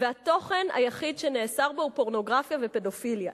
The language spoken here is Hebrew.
התוכן היחיד שנאסר בו הוא פורנוגרפיה ופדופיליה.